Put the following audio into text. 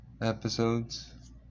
episodes